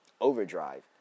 Overdrive